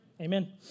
Amen